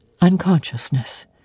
Unconsciousness